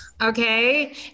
okay